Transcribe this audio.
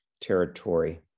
territory